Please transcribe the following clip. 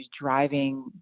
driving